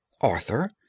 Arthur